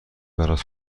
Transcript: برات